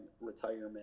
retirement